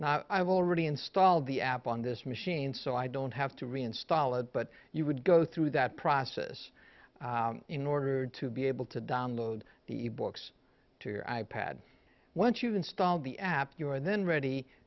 and i've already installed the app on this machine so i don't have to reinstall it but you would go through that process in order to be able to download the books to your i pad once you install the app you are then ready